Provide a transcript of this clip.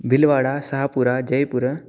Bhilwara Shahpura Jaipur